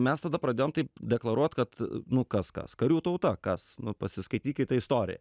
mes tada pradėjom taip deklaruot kad nu kas kas karių tauta kas nu pasiskaitykite istoriją